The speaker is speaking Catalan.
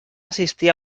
assistir